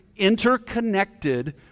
interconnected